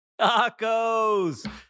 Tacos